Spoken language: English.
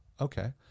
Okay